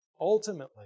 ultimately